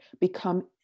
become